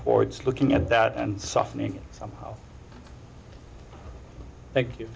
towards looking at that and softening it somehow thank you